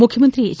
ಮುಖ್ಯಮಂತ್ರಿ ಎಚ್